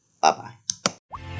Bye-bye